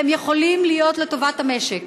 והם יכולים לעבוד לטובת המשק.